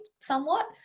somewhat